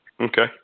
Okay